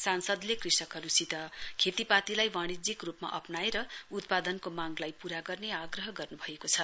सांसदले कृषकहरूसित खेतापातीलाई वाणिज्यिक रूपमा अप्राएर उत्पादनको मांगलाई पूरा गर्ने आग्रह गर्नु भएको छ